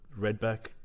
Redback